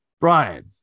Brian